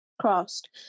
crossed